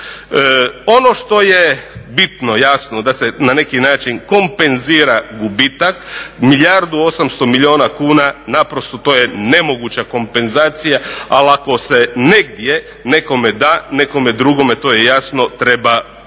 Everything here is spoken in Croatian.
Ono što je bitno, jasno da se na neki način kompenzira gubitak milijardu i 800 milijuna kuna naprosto to je nemoguća kompenzacija, ali ako se negdje nekome da, nekome drugome, to je jasno, treba uzeti.